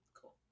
Cool